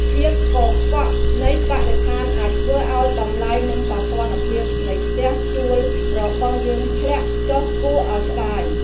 ភាពកខ្វក់នៃបរិស្ថានអាចធ្វើឱ្យតម្លៃនិងសោភ័ណភាពនៃផ្ទះជួលរបស់យើងធ្លាក់ចុះគួរឱ្យស្តាយ។